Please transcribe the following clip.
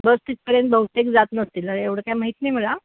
बस तिथपर्यंत बहुतेक जात नसतील एवढं काही माहीत नाही मला